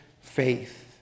faith